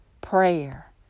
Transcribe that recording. prayer